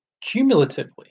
Cumulatively